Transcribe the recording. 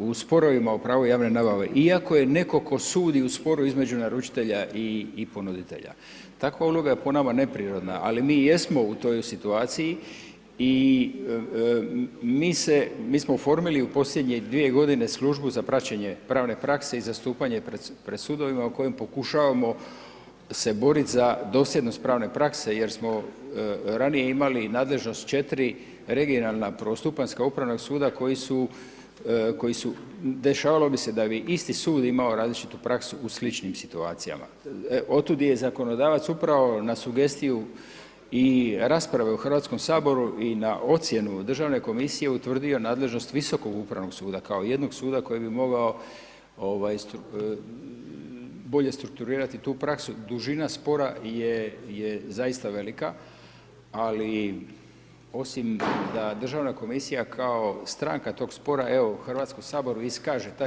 u sporovima o pravu javne nabave iako je netko tko sudi u sporu između naručitelja i ponuditelja, takva uloga je po nama neprirodna, ali mi jesmo u toj situaciji i mi se, mi smo oformili u posljednje dvije godine službu za praćenje pravne prakse i zastupanje pred sudovima u kojem pokušavamo se borit za dosljednost pravne prakse jer smo ranije imali nadležnost 4 regionalna prvostupanjska upravna suda koja su, dešavalo bi se da bi isti sud imao različitu praksu u sličnim situacijama, otud je zakonodavac upravo na sugestiju i rasprave u HS i na ocjenu Državne komisije utvrdio nadležnost Visokog upravnog suda, kao jednog suda koji bi mogao bolje strukturirati tu praksu, dužina spora je zaista velika, ali osim da Državna komisija kao stranka tog spora, evo u HS iskaže [[Upadica: Zahvaljujem…]] taj